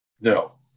No